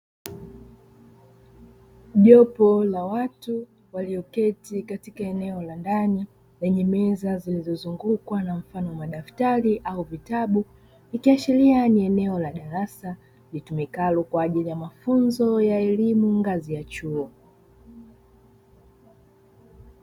Jopo la watu walioketi katika eneo la ndani, kwenye meza zilizozungukwa mfano wa madaftari au vitabu, ikiashiria ni eneo la darasa litumikalo kwa ajili ya mafunzo ya elimu ngazi ya chuo.